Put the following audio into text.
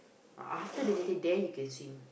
after the jetty there you can swim